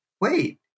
wait